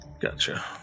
Gotcha